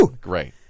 Great